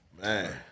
man